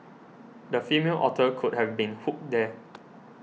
the female otter could have been hooked there